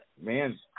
man